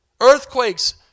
Earthquakes